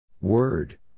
Word